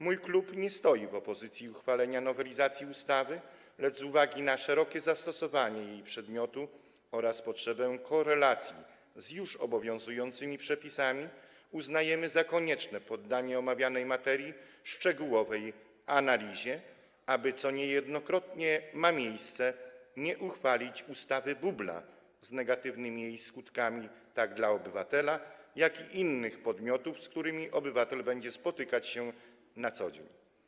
Mój klub nie stoi w opozycji do uchwalenia nowelizacji ustawy, lecz z uwagi na szerokie zastosowanie jej przedmiotu oraz potrzebę korelacji z już obowiązującymi przepisami uznajemy za konieczne poddanie omawianej materii szczegółowej analizie, aby - co niejednokrotnie ma miejsce - nie uchwalić ustawy bubla z negatywnymi jej skutkami tak dla obywatela, jak i dla innych podmiotów, z którymi obywatel spotykać będzie się na co dzień.